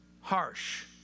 harsh